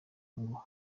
ngo